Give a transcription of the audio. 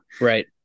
right